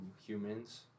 humans